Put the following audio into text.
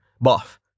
buff